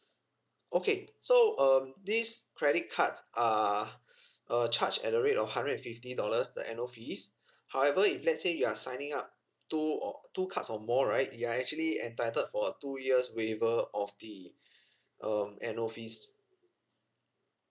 okay so um these credit cards are uh charged at the rate of hundred and fifty dollars the annual fees however if let's say you are signing up two or two cards or more right you are actually entitled for a two years waiver of the um annual fees